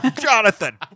jonathan